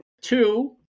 Two